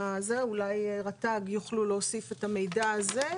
אולי רט"ג יוכלו להוסיף את המידע הזה,